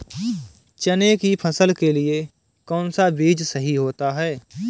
चने की फसल के लिए कौनसा बीज सही होता है?